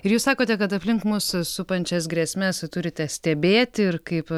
ir jūs sakote kad aplink mus supančias grėsmes turite stebėti ir kaip